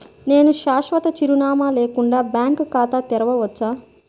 నేను శాశ్వత చిరునామా లేకుండా బ్యాంక్ ఖాతా తెరవచ్చా?